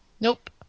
Nope